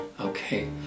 Okay